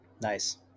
Nice